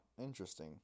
interesting